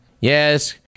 Yes